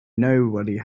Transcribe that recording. nobody